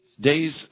days